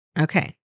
Okay